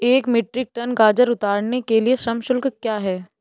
एक metric tonne गाजर उतारने के लिए श्रम शुल्क क्या है?